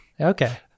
Okay